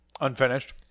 unfinished